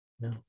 No